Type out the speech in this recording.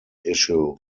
issue